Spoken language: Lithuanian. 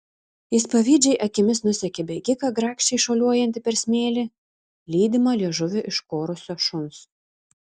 jis pavydžiai akimis nusekė bėgiką grakščiai šuoliuojantį per smėlį lydimą liežuvį iškorusio šuns